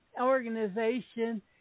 organization